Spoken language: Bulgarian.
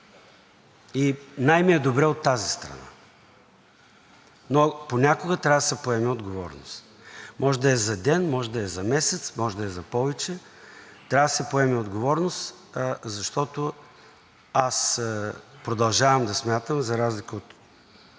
и най ми е добре от тази страна, но понякога трябва да се поеме отговорност. Може да е за ден, може да е за месец, може да е за повече, но трябва да се поеме отговорност, защото аз продължавам да смятам, за разлика от